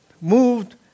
moved